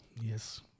Yes